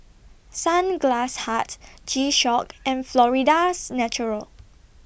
Sunglass Hut G Shock and Florida's Natural